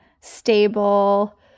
stable